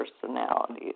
personalities